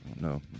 No